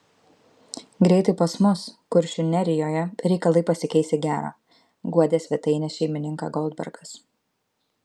greitai pas mus kuršių nerijoje reikalai pasikeis į gera guodė svetainės šeimininką goldbergas